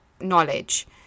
knowledge